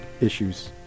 issues